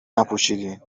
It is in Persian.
نپوشیدین